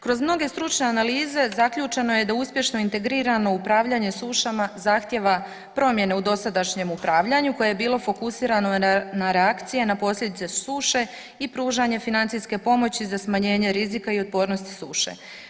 Kroz mnoge stručne analize, zaključeno je da uspješno integrirano upravljanje sušama zahtijeva promjene u dosadašnjem upravljanju koje je bilo fokusirano na reakcije i na posljedice suše i pružanje financijske pomoći za smanjenje rizika i otpornosti suše.